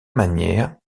manière